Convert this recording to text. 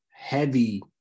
heavy